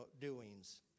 doings